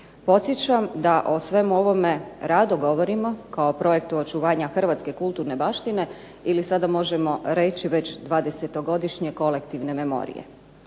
Podsjećam da o svemu ovome rado govorimo kao projektu očuvanja hrvatske kulturne baštine, ili sada možemo reći već 20-godišnje kolektivne memorije.